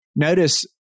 Notice